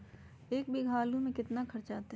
एक बीघा आलू में केतना खर्चा अतै?